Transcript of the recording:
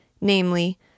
namely